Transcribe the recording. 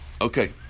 Okay